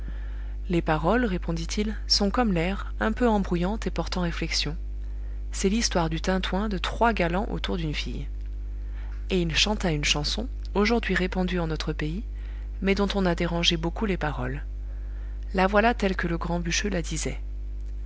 les paroles répondit-il sont comme l'air un peu embrouillantes et portant réflexion c'est l'histoire du tintoin de trois galants autour d'une fille et il chanta une chanson aujourd'hui répandue en notre pays mais dont on a dérangé beaucoup les paroles la voilà telle que le grand bûcheux la disait